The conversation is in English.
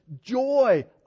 joy